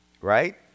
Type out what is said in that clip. right